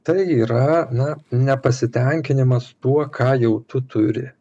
tai yra na nepasitenkinimas tuo ką jau tu turi